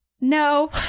no